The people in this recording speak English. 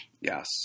Yes